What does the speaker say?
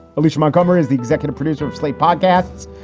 alicia montgomery is the executive producer of slate podcasts.